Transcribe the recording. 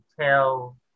tell